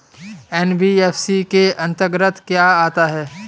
NBFC के अंतर्गत क्या आता है?